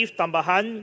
tambahan